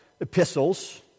Epistles